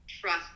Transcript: trust